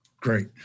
Great